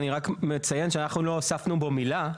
אני רק מציין שאנחנו לא הוספנו בו מילה,